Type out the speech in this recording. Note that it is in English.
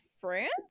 France